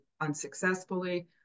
unsuccessfully